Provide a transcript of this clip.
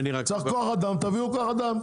צריך כוח אדם תביאו כוח אדם.